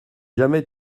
jamais